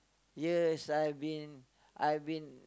years I've been I've been